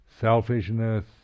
selfishness